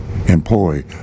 employ